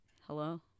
Hello